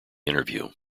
interview